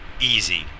easy